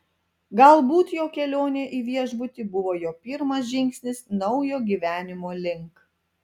galbūt jo kelionė į viešbutį buvo jo pirmas žingsnis naujo gyvenimo link